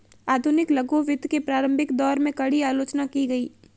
आधुनिक लघु वित्त के प्रारंभिक दौर में, कड़ी आलोचना की गई